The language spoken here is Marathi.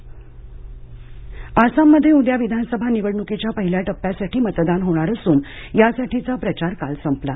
आसाम निवडणक आसाममध्ये उद्या विधानसभा निवडणुकीच्या पहिल्या टप्प्यासाठी मतदान होणार असून यासाठीचा प्रचार काल संपला